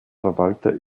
verwalter